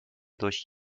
durch